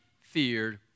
feared